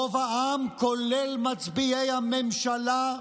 רוב העם, כולל מצביעי הממשלה,